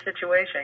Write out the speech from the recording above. situation